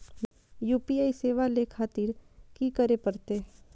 UPI सेवा ले खातिर की करे परते?